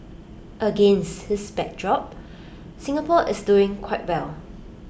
against this backdrop Singapore is doing quite well